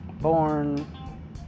born